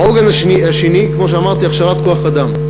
העוגן השני, כמו שאמרתי, הכשרת כוח-אדם.